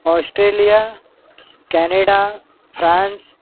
Australia Canada France